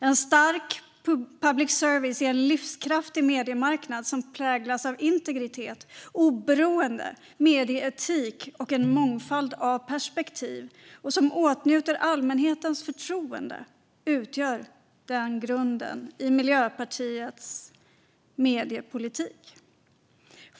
En stark public service på en livskraftig mediemarknad som präglas av integritet, oberoende, medieetik och en mångfald av perspektiv och som åtnjuter allmänhetens förtroende utgör grunden för Miljöpartiets mediepolitik.